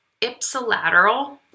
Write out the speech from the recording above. Ipsilateral